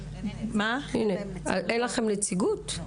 אין לכם נציגות?